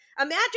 imagine